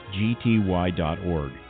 gty.org